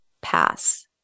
pass